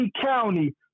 County